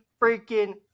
freaking